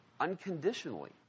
unconditionally